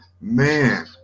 man